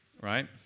right